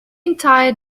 entire